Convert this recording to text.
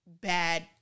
bad